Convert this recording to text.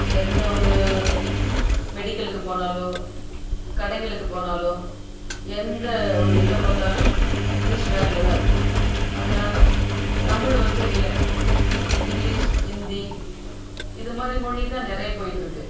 எந்தவொரு மெடிக்கலுக்கு போனாலும் கடைகளுக்கு போனாலும் எந்த ஒரு இதைப் பார்த்தாலும் இங்கிலீஷ் வேர்டில்தான் இருக்குது அதனால் தமிழ் வந்து இல்லை இங்கிலீஷ் ஹிந்தி இதுமாதிரி மொழிதான் நிறைய போயிட்டிருக்கு